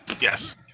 Yes